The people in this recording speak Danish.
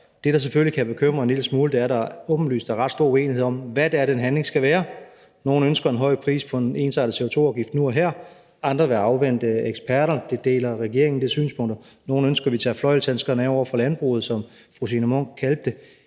Det, der selvfølgelig kan bekymre en lille smule, er, at der åbenlyst er ret stor uenighed om, hvad det er, den handling skal være. Nogle ønsker en højere pris på en ensartet CO2-afgift nu og her. Andre vil afvente eksperter. Det synspunkt deler regeringen. Nogle ønsker, at vi tager fløjlshandskerne af over for landbruget, som fru Signe Munk kaldte det.